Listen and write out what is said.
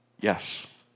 Yes